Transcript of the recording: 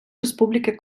республіки